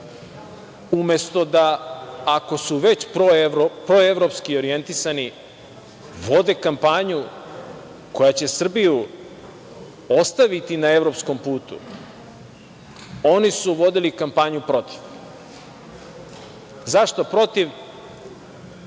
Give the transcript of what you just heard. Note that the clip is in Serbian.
umesto da, ako su već proevropski orijentisani, vode kampanju koja će Srbiju ostaviti na evropskom putu, oni su vodili kampanju protiv. Zašto protiv?